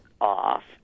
off